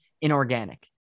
inorganic